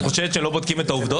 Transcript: את חושבת שלא בודקים את העובדות?